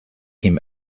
him